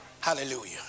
Hallelujah